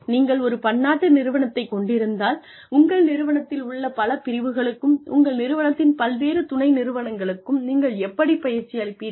நீங்கள் ஒரு பன்னாட்டு நிறுவனத்தைக் கொண்டிருந்தால் உங்கள் நிறுவனத்திலுள்ள பல பிரிவுகளுக்கும் உங்கள் நிறுவனத்தின் பல்வேறு துணை நிறுவனங்களுக்கும் நீங்கள் எப்படி பயிற்சி அளிப்பீர்கள்